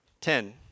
Ten